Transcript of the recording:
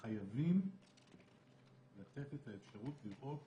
חייבים לתת את האפשרות לראות